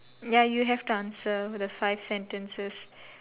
ya you have to answer the five sentences